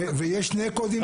ויש שני קודים נפרדים.